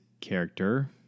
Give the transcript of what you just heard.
character